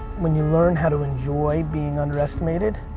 when you learn how to enjoy being underestimated,